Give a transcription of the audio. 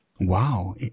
Wow